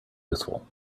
useful